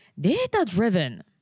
Data-driven